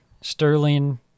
Sterling